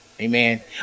Amen